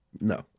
no